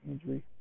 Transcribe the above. injury